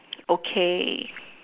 okay